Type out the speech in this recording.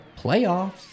playoffs